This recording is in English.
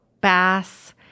Bass